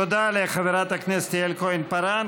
תודה לחברת הכנסת יעל כהן-פארן.